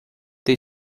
ter